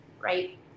right